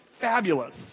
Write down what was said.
fabulous